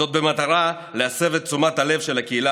זאת במטרה להסב את תשומת הלב של הקהילה